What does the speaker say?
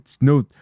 No